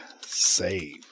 save